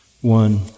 one